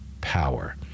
power